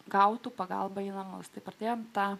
gautų pagalbą į namus tai pradėjo tą